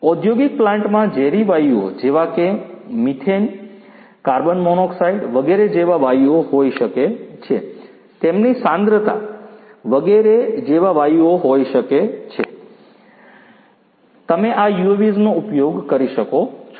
ઔંદ્યોગિક પ્લાન્ટમાં ઝેરી વાયુઓ જેવા કે મિથેન કાર્બન મોનોક્સાઇડ વગેરે જેવા વાયુઓ હોઈ શકે છે તેમની સાંદ્રતા વગેરે જેવા વાયુઓ હોઈ શકે છે તમે આ UAVsનો ઉપયોગ કરી શકો છો